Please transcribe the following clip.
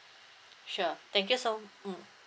sure thank you so mm